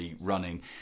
running